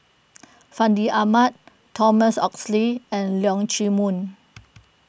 Fandi Ahmad Thomas Oxley and Leong Chee Mun